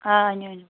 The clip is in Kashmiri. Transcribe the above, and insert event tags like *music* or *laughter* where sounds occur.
آ *unintelligible*